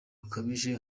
bukabije